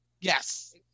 Yes